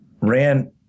ran